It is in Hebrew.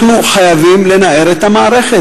אנחנו חייבים לנער את המערכת.